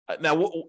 Now